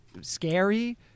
Scary